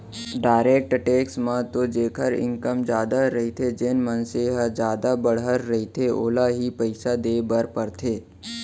direct tax म तो जेखर इनकम जादा रहिथे जेन मनसे ह जादा बड़हर रहिथे ओला ही पइसा देय बर परथे